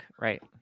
right